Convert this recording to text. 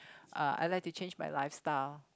uh I like to change my lifestyle